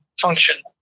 function